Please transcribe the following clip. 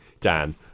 Dan